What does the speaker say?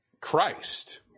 Christ